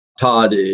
Todd